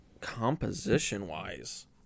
Composition-wise